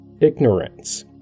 ignorance